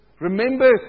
Remember